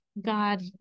God